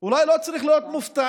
אולי לא צריך להיות מופתעים